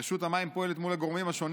רשות המים פועלת מול הגורמים השונים